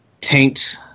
taint